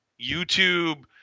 YouTube